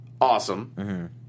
Awesome